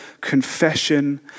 confession